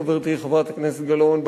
חברתי חברת הכנסת גלאון,